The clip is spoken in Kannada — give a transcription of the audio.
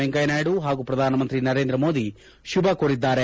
ವೆಂಕಯ್ಯ ನಾಯ್ದು ಹಾಗೂ ಪ್ರಧಾನ ಮಂತ್ರಿ ನರೇಂದ್ರ ಮೋದಿ ಶುಭ ಕೋರಿದ್ದಾರೆ